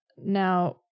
now